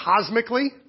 cosmically